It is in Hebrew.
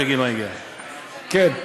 כן.